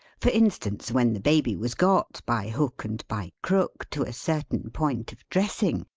for instance when the baby was got, by hook and by crook, to a certain point of dressing,